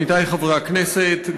עמיתי חברי הכנסת,